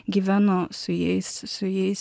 gyvenu su jais su jais